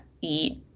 eat